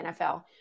NFL